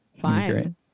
Fine